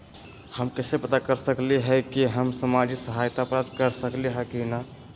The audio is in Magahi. हम कैसे पता कर सकली ह की हम सामाजिक सहायता प्राप्त कर सकली ह की न?